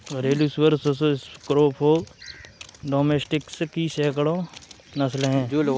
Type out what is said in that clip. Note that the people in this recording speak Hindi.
घरेलू सुअर सुस स्क्रोफा डोमेस्टिकस की सैकड़ों नस्लें हैं